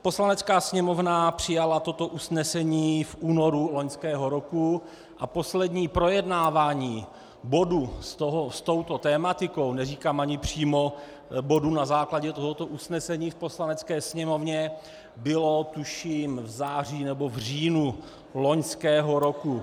Poslanecká sněmovna přijala toto usnesení v únoru loňského roku a poslední projednávání bodu s touto tematikou neříkám ani přímo bodu na základě tohoto usnesení v Poslanecké sněmovně bylo, tuším, v září nebo v říjnu loňského roku.